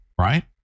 right